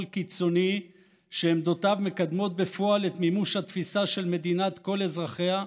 קיצוני שעמדותיו מקדמות בפועל את מימוש התפיסה של מדינת כל אזרחיה,